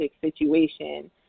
situation